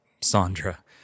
Sandra